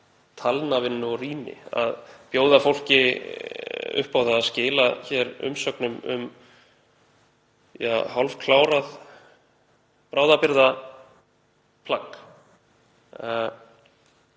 talnavinnu og rýni, að bjóða fólki upp á það að skila umsögn um hálfklárað bráðabirgðaplagg.